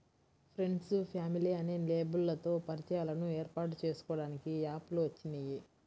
friends, family అనే లేబుల్లతో పరిచయాలను ఏర్పాటు చేసుకోడానికి యాప్ లు వచ్చినియ్యి